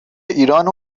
ایرانه